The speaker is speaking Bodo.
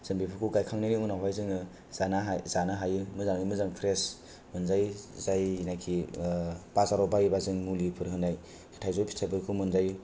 थायजौफोरा जों बेफोरखौ गायखांनायनि उनावहाय जोङो जानो हायो मोजाङै मोजां फ्रेस मोनजायो जायनाखि बाजार आव बायोबा जों मुलि फोर होनाय थाइजौ फिथायफोरखौ मोनजायो